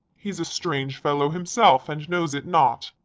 he's a strange fellow himself, and knows it not.